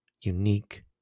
unique